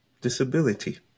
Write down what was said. disability